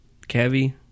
Cavi